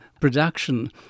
production